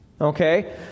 okay